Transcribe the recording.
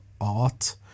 art